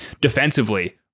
defensively